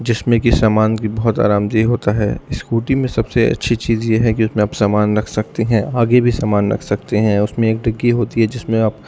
جس میں کہ سامان بھی بہت آرام دہ ہوتا ہے اسکوٹی میں سب سے اچھی چیز یہ ہے کہ اس میں آپ سامان رکھ سکتے ہیں آگے بھی سامان رکھ سکتے ہیں اور اس میں ایک ڈگی ہوتی ہے جس میں آپ